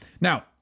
Now